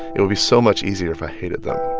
it would be so much easier if i hated them